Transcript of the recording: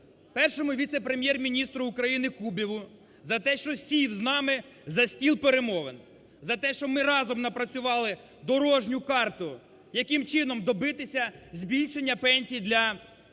першому віце-прем'єр-міністру України Кубіву за те, що сів з нами за стіл перемовин, за те, що ми разом напрацювали дорожню карту, яким чином добитися збільшення пенсій для